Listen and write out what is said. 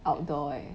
outdoor eh